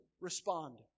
respond